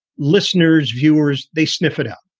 listeners, viewers, they sniff it out.